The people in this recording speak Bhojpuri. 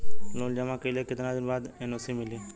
लोन जमा कइले के कितना दिन बाद एन.ओ.सी मिली?